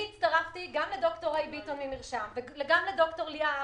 אני הצטרפתי גם לד"ר ריי ביטון וגם לד"ר ליאה הרכוב,